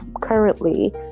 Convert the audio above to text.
currently